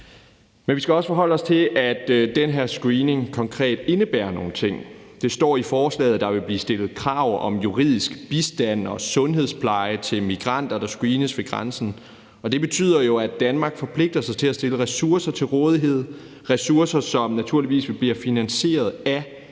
Men vi skal også forholde os til, at den her screening konkret indebærer nogle ting. Det står i forslaget, at der vil blive stillet krav om juridisk bistand og sundhedspleje til migranter, der screenes ved grænsen, og det betyder jo, at Danmark forpligter sig til at stille ressourcer til rådighed – ressourcer, som naturligvis vil blive finansieret af